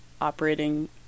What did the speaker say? operating